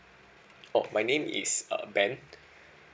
oh my name is err ben